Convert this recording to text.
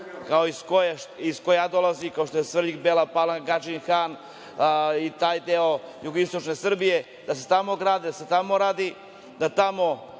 kao i iz koje ja dolazim, kao što je Svrljig, Bela Palanka, Gadžin Han i taj deo jugoistočne Srbije, da se tamo gradi, da se tamo radi, da tamo